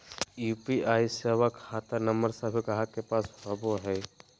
UPI सेवा खता number सभे गाहक के पास होबो हइ